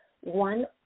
one